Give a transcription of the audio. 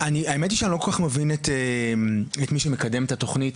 האמת היא שאני לא כל כך מבין את מי שמקדם את התוכנית,